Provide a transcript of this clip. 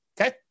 Okay